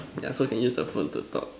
yeah so can use the phone to talk